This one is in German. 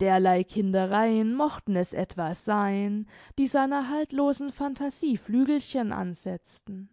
derlei kindereien mochten es etwa sein die seiner haltlosen phantasie flügelchen ansetzten